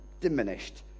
diminished